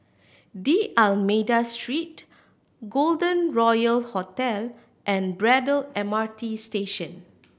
D'Almeida Street Golden Royal Hotel and Braddell M R T Station